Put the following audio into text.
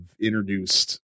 introduced